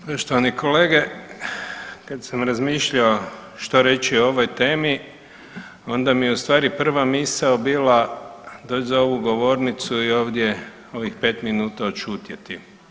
Poštovani kolege, kad sam razmišljao što reći o ovoj temi onda mi je u stvari prva misao bila doći za ovu govornicu i ovdje ovih 5 minuta odšutjeti.